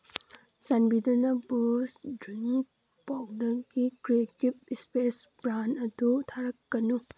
ꯆꯥꯟꯕꯤꯗꯨꯅ ꯕꯨꯁ ꯗ꯭ꯔꯤꯡ ꯄꯥꯎꯗꯔꯒꯤ ꯀ꯭ꯔꯦꯇꯤꯞ ꯏꯁꯄꯦꯁ ꯕ꯭ꯔꯥꯟ ꯑꯗꯨ ꯊꯥꯔꯛꯀꯅꯨ